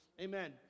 Amen